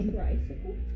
Tricycle